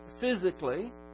physically